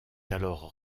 alors